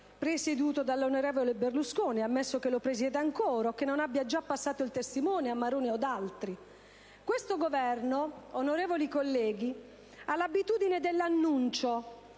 presieduto dall'onorevole Berlusconi, ammesso che lo presieda ancora e non abbia già passato il testimone all'onorevole Maroni o ad altri. Questo Governo, onorevoli colleghi, ha l'abitudine dell'annuncio